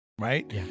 Right